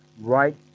right